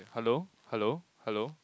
hello hello hello